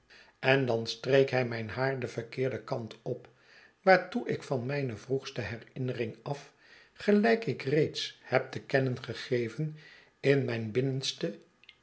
en dan streek hij mijn haar den verkeerden kant op waartoe ik van mijne vroegste herinnering af gelijk ik reeds heb te kennen gegeven in mijn binnenste